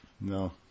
No